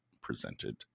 presented